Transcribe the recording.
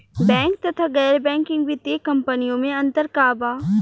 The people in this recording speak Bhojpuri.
बैंक तथा गैर बैंकिग वित्तीय कम्पनीयो मे अन्तर का बा?